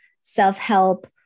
self-help